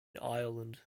ireland